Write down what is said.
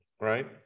right